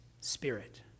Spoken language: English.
spirit